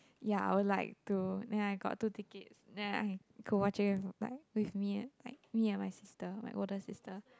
ya I would like to then I got two tickets then I go watch him like with me like me and my sister my older sister